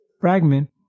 fragment